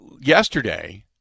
yesterday